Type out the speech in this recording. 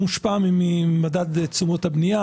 משרד השיכון, בבקשה.